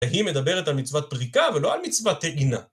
והיא מדברת על מצוות פריקה ולא על מצוות טעינה.